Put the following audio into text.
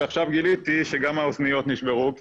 ועכשיו גיליתי שגם האוזניות נשברו כי